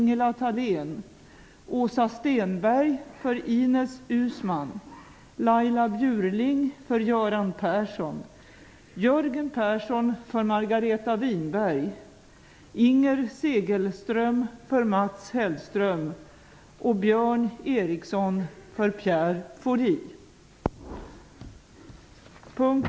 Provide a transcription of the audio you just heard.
Statsministerns formulering om att göra sitt yttersta för att skapa ett nytt samarbetsklimat i Sveriges riksdag faller därmed platt.